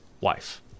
wife